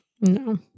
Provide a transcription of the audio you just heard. no